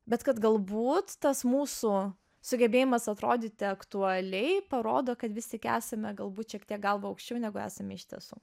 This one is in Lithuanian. bet kad galbūt tas mūsų sugebėjimas atrodyti aktualiai parodo kad vis tik esame galbūt šiek tiek galva aukščiau negu esame iš tiesų